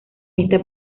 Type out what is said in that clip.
esta